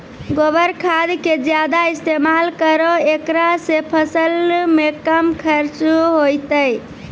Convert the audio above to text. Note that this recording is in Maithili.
गोबर खाद के ज्यादा इस्तेमाल करौ ऐकरा से फसल मे कम खर्च होईतै?